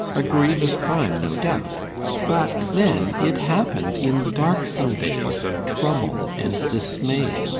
a grievous crime, no doubt but then it happened in darksome days of trouble and dismay,